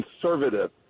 conservative